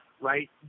right